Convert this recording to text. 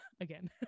again